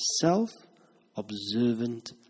self-observant